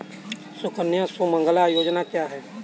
सुकन्या सुमंगला योजना क्या है?